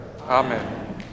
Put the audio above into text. Amen